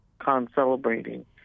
con-celebrating